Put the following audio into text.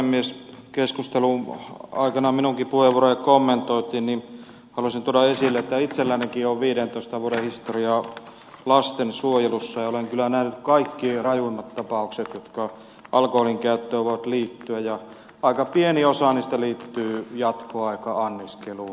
kun keskustelun aikana minunkin puheenvuorojani kommentoitiin niin haluaisin tuoda esille että itsellänikin on viidentoista vuoden historia lastensuojelussa ja olen kyllä nähnyt kaikki ne rajuimmat tapaukset jotka alkoholinkäyttöön voivat liittyä ja aika pieni osa niistä liittyy jatkoaika anniskeluun